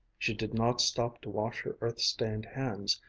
she did not stop to wash her earth-stained hands,